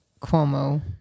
Cuomo